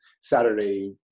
Saturday